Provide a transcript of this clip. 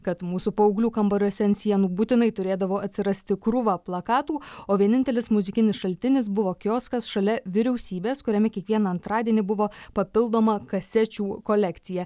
kad mūsų paauglių kambariuose ant sienų būtinai turėdavo atsirasti krūva plakatų o vienintelis muzikinis šaltinis buvo kioskas šalia vyriausybės kuriame kiekvieną antradienį buvo papildoma kasečių kolekcija